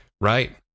Right